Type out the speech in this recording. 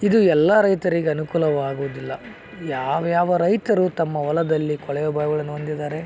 ಇದು ಎಲ್ಲ ರೈತರಿಗನುಕೂಲವಾಗೊದಿಲ್ಲ ಯಾವಯಾವ ರೈತರು ತಮ್ಮ ಹೊಲದಲ್ಲಿ ಕೊಳವೆ ಬಾವಿಗಳನ್ನು ಹೊಂದಿದಾರೆ